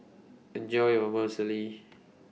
Enjoy your